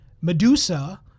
Medusa